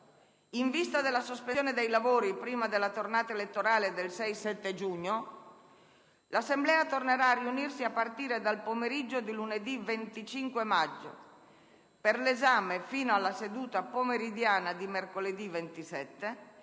in vista della sospensione dei lavori prima della tornata elettorale del 6-7 giugno, l'Assemblea tornerà a riunirsi a partire dal pomeriggio di lunedì 25 maggio, per l'esame - fino alla seduta pomeridiana di mercoledì 27